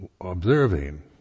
observing